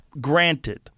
Granted